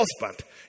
husband